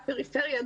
בפריפריה.